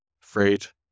freight